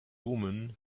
woman